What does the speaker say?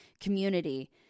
community